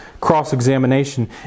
cross-examination